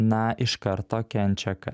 na iš karto kenčia kas